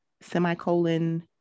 semicolon